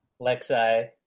Lexi